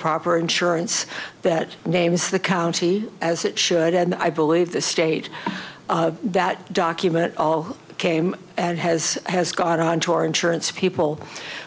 proper insurance that names the county as it should and i believe the state that document all came and has has got onto our insurance people